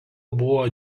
buvo